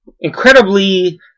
incredibly